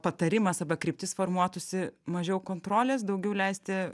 patarimas arba kryptis formuotųsi mažiau kontrolės daugiau leisti